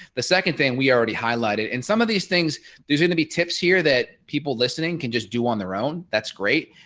the second thing we already highlighted in some of these things there's gonna be tips here that people listening can just do on their own. that's great.